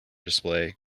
display